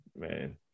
man